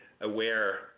aware